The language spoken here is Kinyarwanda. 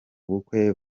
bukwe